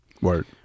Word